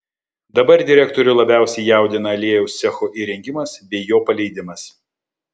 dabar direktorių labiausiai jaudina aliejaus cecho įrengimas bei jo paleidimas